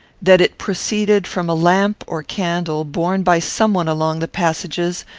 that it proceeded from a lamp or candle, borne by some one along the passages,